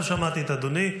אבל שמעתי את אדוני.